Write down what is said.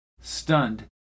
Stunned